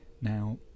Now